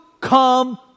come